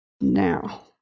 Now